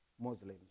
Muslims